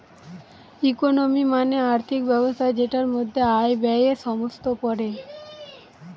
economy মানে আর্থিক ব্যবস্থা যেটার মধ্যে আয়, ব্যয়ে সমস্ত পড়ে